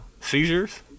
Seizures